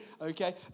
okay